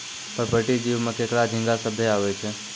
पर्पटीय जीव में केकड़ा, झींगा सभ्भे आवै छै